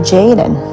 Jaden